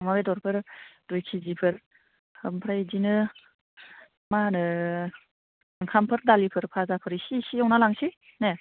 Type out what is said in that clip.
अमा बेदरफोर दुइ केजिफोर ओमफ्राय बिदिनो मा होनो ओंखामफोर दालिफोर भाजाफोर इसे इसे एवना लांनोसै ने